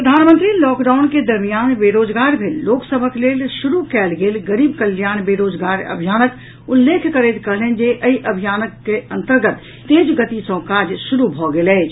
प्रधानमंत्री लॉकडाउन के दरमियान बेरोजगार भेल लोक सभक लेल शुरू कयल गेल गरीब कल्याण बेरोजगार अभियानक उल्लेख करैत कहलनि जे एहि अभियानक अन्तर्गत तेज गति सँ काज शुरू भऽ गेल अछि